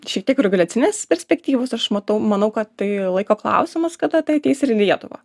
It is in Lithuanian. šiek tiek reguliacinės perspektyvos aš matau manau kad tai laiko klausimas kada tai ateis ir į lietuvą